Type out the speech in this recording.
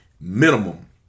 minimum